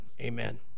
amen